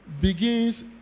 begins